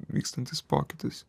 vykstantis pokytis